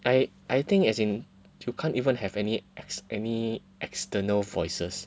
I I think as in you can't even have any ex~ any external voices